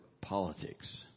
politics